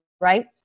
right